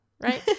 Right